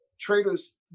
traders